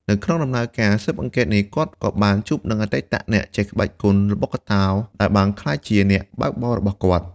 នៅក្នុងដំណើរការស៊ើបអង្កេតនេះ គាត់ក៏បានជួបនឹងអតីតអ្នកចេះក្បាច់គុណល្បុក្កតោដែលបានក្លាយជាអ្នកបើកបររបស់គាត់។